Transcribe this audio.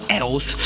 else